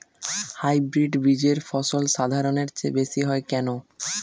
Hybrid বীজের ফলন সাধারণের চেয়ে বেশী হয় কেনো?